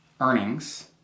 earnings